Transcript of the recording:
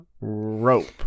Rope